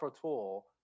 tool